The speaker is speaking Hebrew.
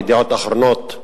ב"ידיעות אחרונות",